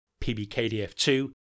pbkdf2